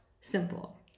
simple